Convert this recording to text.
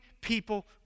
people